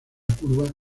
curva